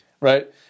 Right